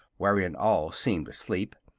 wherein all seemed asleep,